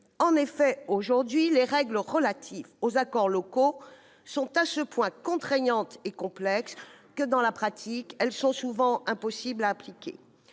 de loi ... Aujourd'hui, les règles relatives aux accords locaux sont tellement contraignantes et complexes que, dans la pratique, elles sont souvent impossibles à appliquer.